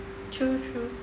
true true